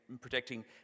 protecting